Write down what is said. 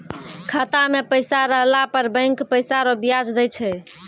खाता मे पैसा रहला पर बैंक पैसा रो ब्याज दैय छै